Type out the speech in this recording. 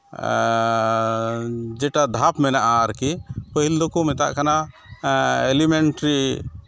ᱡᱮᱴᱟ ᱫᱷᱟᱯ ᱢᱮᱱᱟᱜᱼᱟ ᱟᱨᱠᱤ ᱯᱟᱹᱦᱤᱞ ᱫᱚᱠᱚ ᱢᱮᱛᱟᱜ ᱠᱟᱱᱟ ᱤᱞᱤᱢᱮᱱᱴᱨᱤ